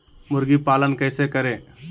मुर्गी पालन कैसे करें?